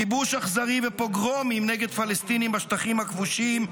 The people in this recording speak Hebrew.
כיבוש אכזרי ופוגרומים נגד פלסטינים בשטחים הכבושים,